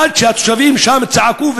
עד שהתושבים שם צעקו,